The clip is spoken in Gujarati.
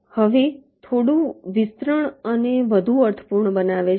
હવે થોડું વિસ્તરણ તેને વધુ અર્થપૂર્ણ બનાવે છે